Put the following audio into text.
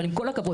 אבל עם כל הכבוד,